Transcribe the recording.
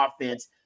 offense